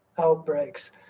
outbreaks